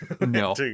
No